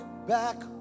back